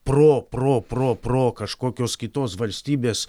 pro pro pro pro kažkokios kitos valstybės